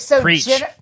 Preach